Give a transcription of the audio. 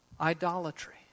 idolatry